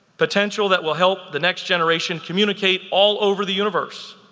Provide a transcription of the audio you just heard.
potential that will help the next generation communicate all over the universe.